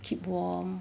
keep warm